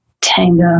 tango